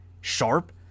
Sharp